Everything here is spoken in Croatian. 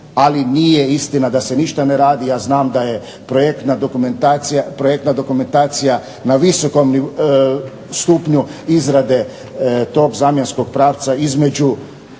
ali nije istina da se ništa ne radi. Ja znam da je projektna dokumentacija na visokom stupnju izrade tog zamjenskog pravca između